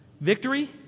Victory